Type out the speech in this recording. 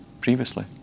previously